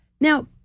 Now